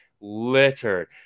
Littered